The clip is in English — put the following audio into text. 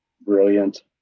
Brilliant